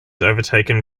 overtaken